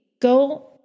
go